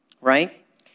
right